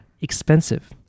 Expensive